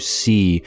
see